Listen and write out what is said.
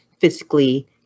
physically